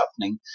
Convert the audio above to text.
happening